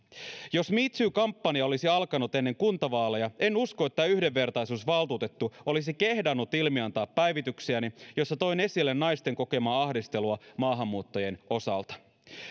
jos me too kampanja olisi alkanut ennen kuntavaaleja en usko että yhdenvertaisuusvaltuutettu olisi kehdannut ilmiantaa päivityksiäni joissa toin esille naisten kokemaa ahdistelua maahanmuuttajien osalta